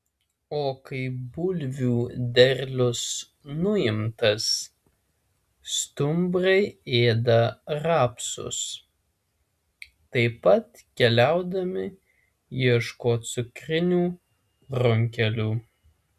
o kai bulvių derlius nuimtas stumbrai ėda rapsus taip pat keliaudami ieško cukrinių runkelių